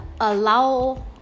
allow